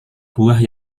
buah